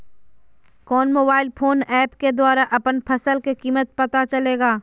कौन mobile phone app के द्वारा अपन फसल के कीमत पता चलेगा?